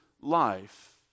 life